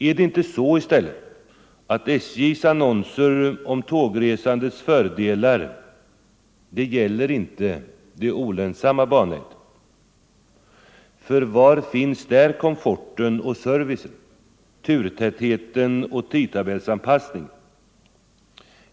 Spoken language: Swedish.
Är det inte i stället så att SJ:s annonser om tågresandets fördelar inte gäller det olönsamma bannätet? För var finns där komforten och servicen, turtätheten och tidtabellsanpassningen?